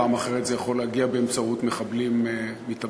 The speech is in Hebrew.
פעם אחרת זה יכול להגיע באמצעות מחבלים מתאבדים.